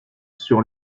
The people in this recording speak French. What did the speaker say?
sur